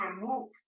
remove